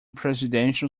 presidential